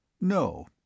No